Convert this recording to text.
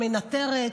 מנתרת,